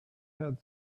had